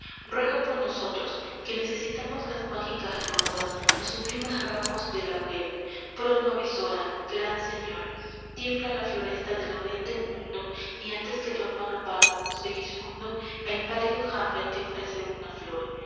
ruega por nosotros que necesitamos las mágicas rosas los sublimes ramos de laurel pro nobis ora gran señor tiembla la floresta de laurel del mundo y antes que tu hermano vago segismundo el pálido hamlet te ofrece una flor